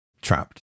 trapped